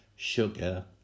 sugar